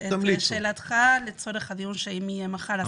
את שאלתך לצורך הדיון אם יהיה מחר.